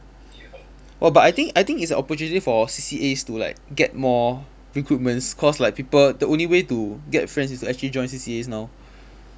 oh but I think I think it's a opportunity for C_C_As to like get more recruitments cause like people the only way to get friends is to actually join C_C_As now